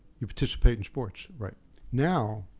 you participate in sports. now,